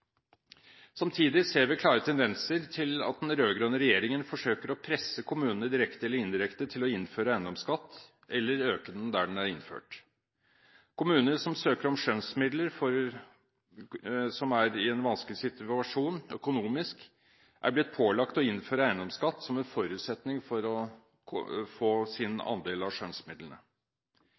Samtidig ser vi klare tendenser til at den rød-grønne regjeringen forsøker å presse kommunene direkte eller indirekte til å innføre eiendomsskatt eller øke den der den er innført. Kommuner som søker om skjønnsmidler, som er i en vanskelig situasjon økonomisk, er blitt pålagt å innføre eiendomsskatt som en forutsetning for å få sin andel av skjønnsmidlene.